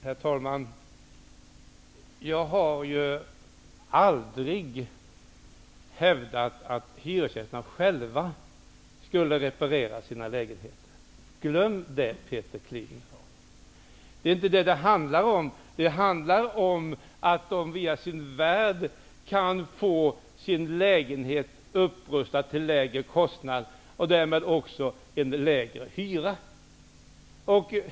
Herr talman! Jag har aldrig hävdat att hyresgästerna själva skulle reparera sina lägenheter. Glöm det Peter Kling! Det handlar om att de via sin värd kan få sin lägenhet upprustad till lägre kostnad, och därmed också en lägre hyra.